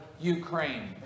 Ukraine